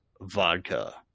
Vodka